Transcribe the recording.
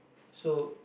so